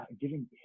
giving